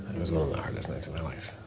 it was one of the hardest nights of my life.